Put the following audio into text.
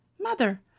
mother